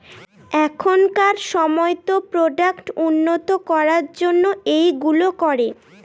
এখনকার সময়তো প্রোডাক্ট উন্নত করার জন্য এইগুলো করে